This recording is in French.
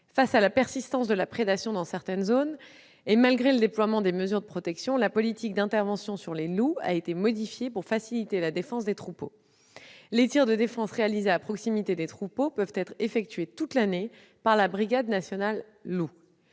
Face à la persistance de la prédation dans certaines zones, malgré le déploiement des mesures de protection, la politique d'intervention sur les loups a été modifiée pour faciliter la défense des troupeaux. Les tirs de défense réalisés à proximité des troupeaux peuvent être effectués toute l'année, par la brigade nationale « loup